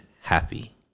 happy